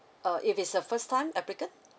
uh if it's a first time applicant